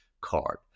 card